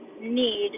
need